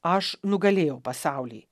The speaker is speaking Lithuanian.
aš nugalėjau pasaulį